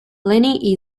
lenny